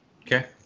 Okay